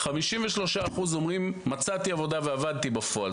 ו-53% אומרים: מצאתי עבודה ועבדתי בפועל.